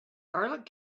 garlic